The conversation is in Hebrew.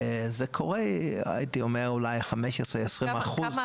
הייתי אומר שזה קורה אצל אולי 15-20 אחוז